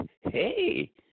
Hey